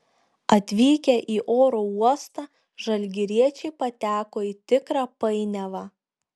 atvykę į oro uostą žalgiriečiai pateko į tikrą painiavą